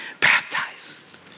baptized